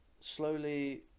slowly